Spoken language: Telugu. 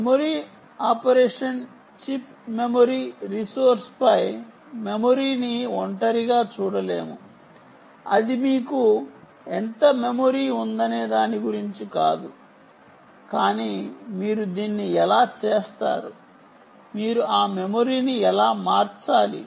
మెమరీ ఆపరేషన్ చిప్ మెమరీ రిసోర్స్పై మెమరీని ఒంటరిగా చూడలేము అది మీకు ఎంత మెమరీ ఉందనే దాని గురించి కాదు కానీ మీరు దీన్ని ఎలా చేస్తారు మీరు ఆ మెమరీని ఎలా మార్చాలి